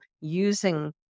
using